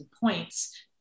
points